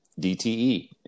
DTE